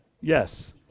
Yes